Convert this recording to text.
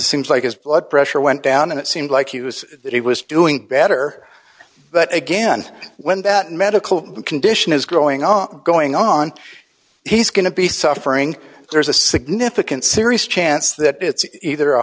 a seems like his blood pressure went down and it seemed like he was that he was doing better but again when that medical condition is growing up going on he's going to be suffering there's a significant serious chance that it's either a